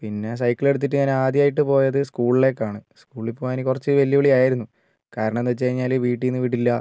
പിന്നെ സൈക്കിൾ എടുത്തിട്ട് ഞാൻ ആദ്യമായിട്ട് പോയത് സ്കൂളിലേക്കാണ് സ്കൂളിൽ പോവാൻ കുറച്ച് വെല്ലുവിളി ആയിരുന്നു കാരണം എന്നു വെച്ചു കഴിഞ്ഞാൽ വീട്ടിൽ നിന്ന് വിടില്ല